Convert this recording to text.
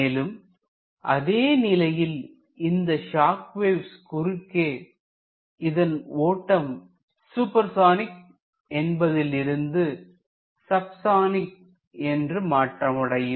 மேலும் அதே நிலையில் இந்த ஷாக் வௌஸ் குறுக்கே இதன் ஓட்டம் சூப்பர்சானிக் என்பதிலிருந்து சப்சானிக் என்று மாற்றமடையும்